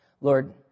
Lord